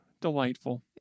Delightful